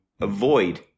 avoid